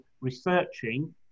researching